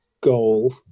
goal